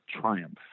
triumph